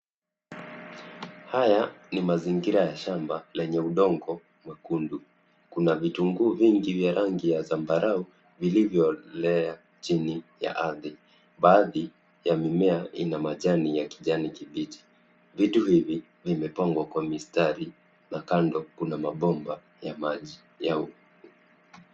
Haya ni mazingira ya shamba lenye udongo mwekundu. Kuna vitunguu vingi vya rangi ya zambarau vilivyoelea chini ya ardhi. Baadhi ya mimea ina majani ya kijani kibichi. Vitu hivi vimepangwa kwa mistari na kando kuna mabomba ya maji.